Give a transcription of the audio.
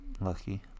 Lucky